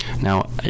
Now